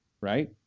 right